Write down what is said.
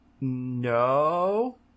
No